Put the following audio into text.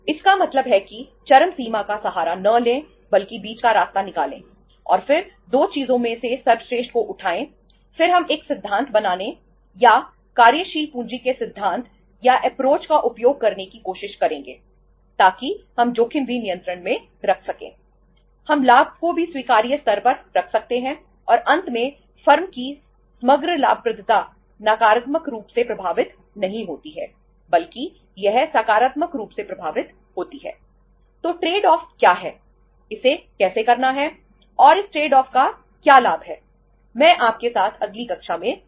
इसका मतलब है कि चरम सीमा का सहारा न ले बल्कि बीच का रास्ता निकालें और फिर दो चीजों में से सर्वश्रेष्ठ को उठाएं फिर हम एक सिद्धांत बनाने या कार्यशील पूंजी के सिद्धांत या अपरोच का क्या लाभ है मैं आपके साथ अगली कक्षा में चर्चा करूंगा